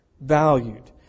valued